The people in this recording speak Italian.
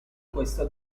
questo